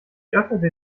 öffnete